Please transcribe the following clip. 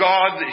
God